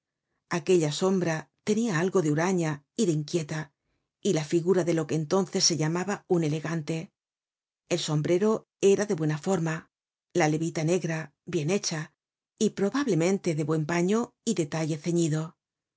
aquella sombra tenia algo de huraña y de inquieta y la figura de lo que entonces se llamaba un elegante el sombrero era de buena forma la levita negra bien hecha y probablemente de buen paño y de talle ceñido